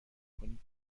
کنید